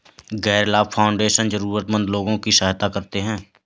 गैर लाभ फाउंडेशन जरूरतमन्द लोगों की सहायता करते हैं